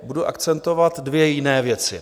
Budu akcentovat dvě jiné věci.